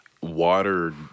water